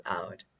out